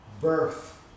birth